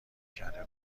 کرده